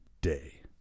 day